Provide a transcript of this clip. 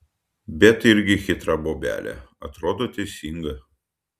bet irgi chitra bobelė atrodo teisinga